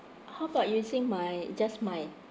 how about using my just my